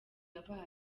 yabaye